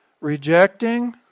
Rejecting